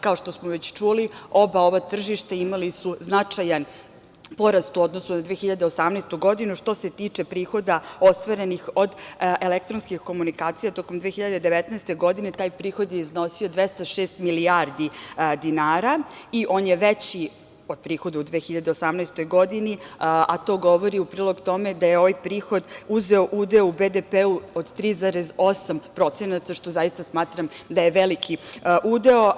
Kao što smo već čuli ova tržišta imali su značajan porast u odnosu na 2018. godinu, što se tiče prihoda ostvarenih od elektronskih komunikacija, tokom 2019. godine taj prihod je iznosio 206 milijardi dinara, i on je veći od prihoda u 2018. godini, a to govori u prilog tome da je ovaj prihod uzeo udeo u BDP od 3,8%, što zaista smatram da je veliki udeo.